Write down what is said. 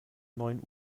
neun